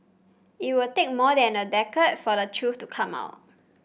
it would take more than a decade for the truth to come out